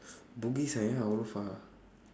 bugis eh far